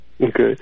Okay